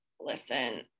listen